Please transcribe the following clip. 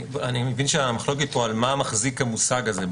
אני מבין שהמחלוקת פה היא על מה מחזיק המושג הזה.